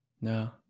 No